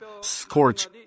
scorch